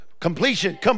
completion